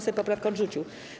Sejm poprawkę odrzucił.